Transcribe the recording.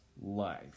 life